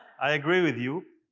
i agree with you.